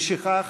משכך,